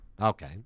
Okay